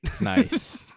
nice